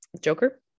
Joker